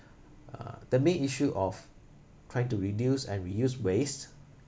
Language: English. uh the main issue of trying to reduce and reuse waste